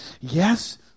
yes